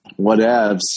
Whatevs